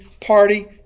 party